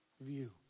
view